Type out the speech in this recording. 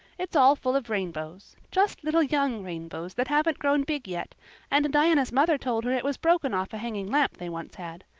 it's all full of rainbows just little young rainbows that haven't grown big yet and diana's mother told her it was broken off a hanging lamp they once had.